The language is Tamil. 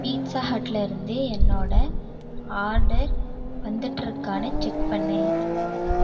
பீட்சா ஹட்டில் இருந்து என்னோட ஆர்டர் வந்துகிட்டு இருக்கானு செக் பண்ணு